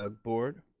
ah board,